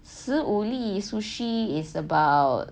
十五粒 sushi is about